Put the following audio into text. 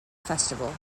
festival